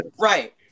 Right